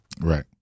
right